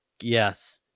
Yes